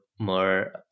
more